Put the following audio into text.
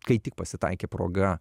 kai tik pasitaikė proga